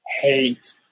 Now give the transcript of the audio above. hate